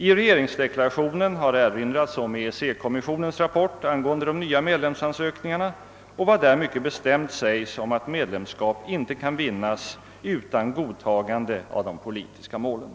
I regeringsdeklarationen har erinrats om EEC-kommissionens rapport angående de nya medlemsansökningarna och vad där mycket bestämt sägs om att medlemskap inte kan vinnas utan godtagan de av de politiska målen.